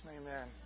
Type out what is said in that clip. Amen